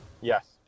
Yes